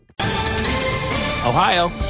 Ohio